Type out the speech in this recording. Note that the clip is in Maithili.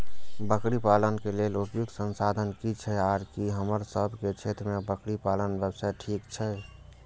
बकरी पालन के लेल उपयुक्त संसाधन की छै आर की हमर सब के क्षेत्र में बकरी पालन व्यवसाय ठीक छै?